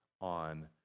on